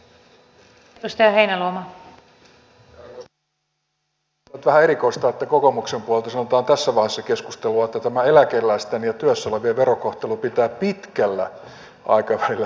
tämä on nyt vähän erikoista että kokoomuksen puolelta sanotaan tässä vaiheessa keskustelua että tämä eläkeläisten ja työssä olevien verokohtelu pitää pitkällä aikavälillä saada samaksi